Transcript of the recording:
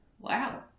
Wow